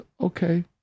okay